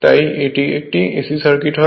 তাই এটি একটি AC সার্কিট হয়